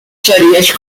series